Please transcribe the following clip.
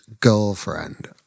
girlfriend